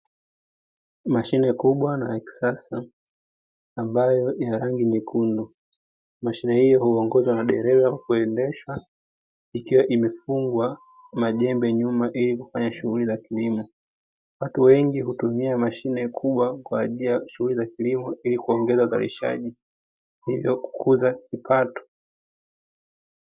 Mashine kubwa na ya kisasa, ambayo ina rangi nyekundu. Mashine hiyo huongozwa na dereva kwa kuendeshwa, ikiwa imefungwa majembe nyuma ili kufanya shughuli za kilimo. Watu wengi hutumia mashine kubwa kwa ajili ya shughuli za kilimo ili kuongeza uzalishaji, hivyo kukuza kipato.